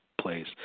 place